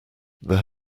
there